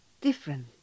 different